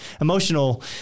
emotional